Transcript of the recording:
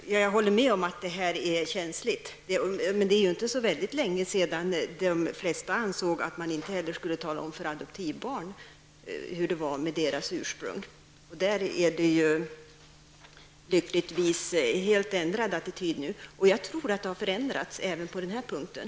Herr talman! Jag håller med om att det här är känsligt. Det är emellertid inte så länge sedan de flesta ansåg att man inte heller skulle tala om för adoptivbarn hur det var med deras ursprung. Den attityden har lyckligtvis helt ändrats. Jag tror att det har förändrats även på den här punkten.